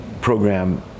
program